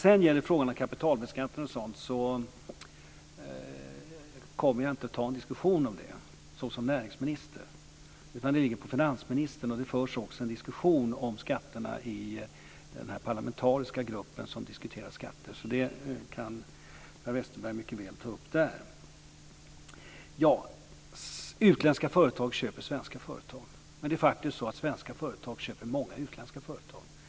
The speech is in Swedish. Jag kommer inte, som näringsminister, att ta upp en diskussion om kapitalbeskattning och sådant. Det ligger på finansministern, och det förs också en diskussion om skatterna i den parlamentariska grupp som diskuterar skatter. Det kan Per Westerberg mycket väl ta upp där. Utländska företag köper svenska företag. Men svenska företag köper faktiskt många utländska företag.